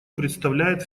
представляет